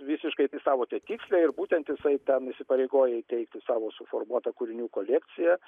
visiškai citatove tiksliai ir būtent jisai ten įsipareigoja teikti savo suformuotą kūrinių kolekciją